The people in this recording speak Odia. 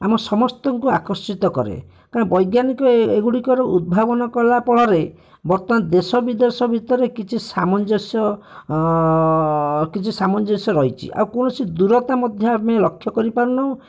ଆମ ସମସ୍ତଙ୍କୁ ଆକର୍ଷିତ କରେ କାରଣ ବୈଜ୍ଞାନିକ ଏ ଏଗୁଡ଼ିକର ଉଦ୍ଭାବନ କଲା ଫଳରେ ବର୍ତ୍ତମାନ ଦେଶ ବିଦେଶ ଭିତରେ କିଛି ସାମଞ୍ଜସ୍ୟ କିଛି ସାମଞ୍ଜସ୍ୟ ରହିଛି ଆଉ କୌଣସି ଦୂରତା ମଧ୍ୟ ଆମେ ଲକ୍ଷ୍ୟ କରିପାରୁନାହୁଁ